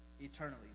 eternally